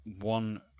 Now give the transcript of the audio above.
one